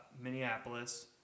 Minneapolis